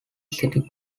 city